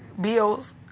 bills